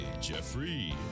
Jeffrey